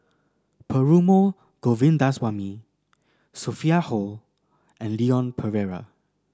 Perumal Govindaswamy Sophia Hull and Leon Perera